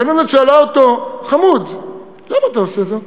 הגננת שאלה אותו: חמוד, למה אתה עושה את זה?